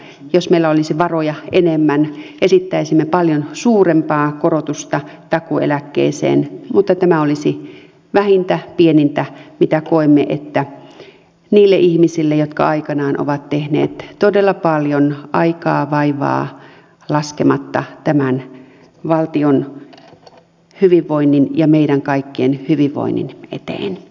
jos meillä olisi varoja enemmän esittäisimme paljon suurempaa korotusta takuueläkkeeseen mutta tämä olisi vähintä pienintä niille ihmisille jotka aikanaan ovat tehneet todella paljon aikaa vaivaa laskematta tämän valtion hyvinvoinnin ja meidän kaikkien hyvinvoinnin eteen